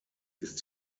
ist